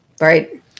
right